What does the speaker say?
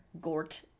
Gort